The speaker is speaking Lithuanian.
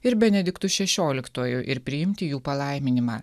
ir benediktu šešioliktuoju ir priimti jų palaiminimą